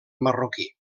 marroquí